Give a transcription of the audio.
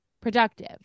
productive